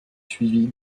suivie